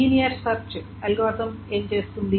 linear search algorithm ఏమి చేస్తుంది